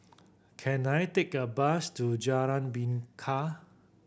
can I take a bus to Jalan Bingka